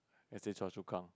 as say Choa Chu Kang